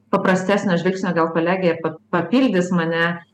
paprastesnio žvilgsnio gal kolegė ir pa papildys mane